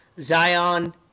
zion